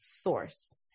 source